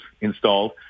installed